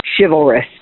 chivalrous